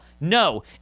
No